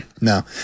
No